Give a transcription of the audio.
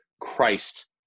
christ